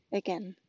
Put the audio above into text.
again